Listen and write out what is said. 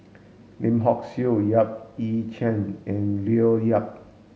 Lim Hock Siew Yap Ee Chian and Leo Yip